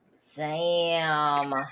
Sam